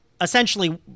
Essentially